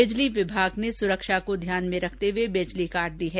बिजली विभाग ने सुरक्षा को ध्यान में रखते हुए बिजली काट दी है